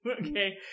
Okay